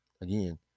Again